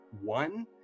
one